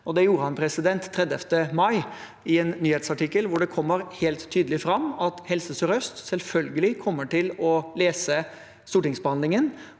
Det gjorde han den 30. mai i en nyhetsartikkel hvor det kommer helt tydelig fram at Helse sør-øst selvfølgelig kommer til å lese stortingsbehandlingen,